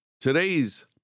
Today's